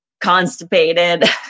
constipated